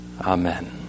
Amen